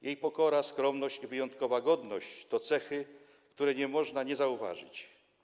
Jej pokora, skromność i wyjątkowa godność to cechy, których nie można nie zauważyć.